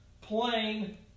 plain